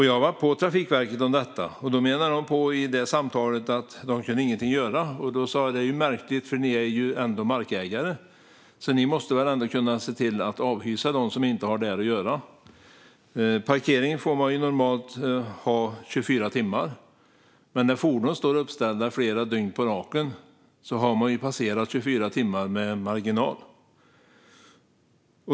Jag har varit på Trafikverket om detta, men de menade vid samtalet att det inte finns något de kan göra. Jag sa att detta är märkligt eftersom det ändå är Trafikverket som är markägare. De måste ju kunna avhysa dem som inte har där att göra. Parkering får man normalt ha i 24 timmar, men när fordon står uppställda flera dygn på raken har man passerat 24 timmar med marginal.